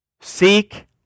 Seek